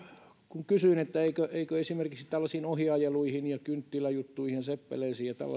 kun kysyin että eikö esimerkiksi tällaisiin ohiajeluihin ja kynttiläjuttuihin seppeleisiin